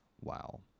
Wow